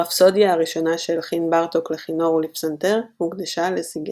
הרפסודיה הראשונה שהלחין בארטוק לכינור ולפסנתר הוקדשה לסיגטי.